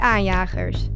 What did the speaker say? Aanjagers